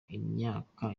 imyaka